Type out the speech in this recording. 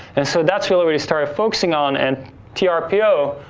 and so, that's really what he started focusing on, and trpo,